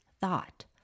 thought